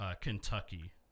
Kentucky